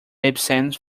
absent